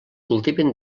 cultiven